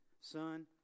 Son